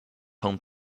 home